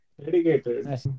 Dedicated